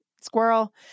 squirrel